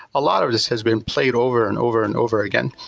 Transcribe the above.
a lot of this has been played over and over and over again.